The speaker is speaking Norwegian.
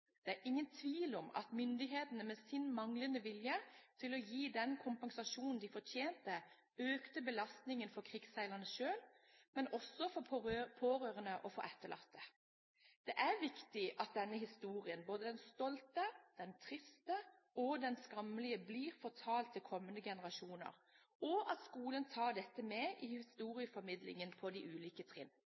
Det er ingen tvil om at myndighetene med sin manglende vilje til å gi den kompensasjonen de fortjente, økte belastningen for krigsseilerne selv, og også for pårørende og for etterlatte. Det er viktig at denne historien – både den stolte, den triste og den skammelige – blir fortalt til kommende generasjoner, og at skolen tar dette med i historieformidlingen på de ulike trinn.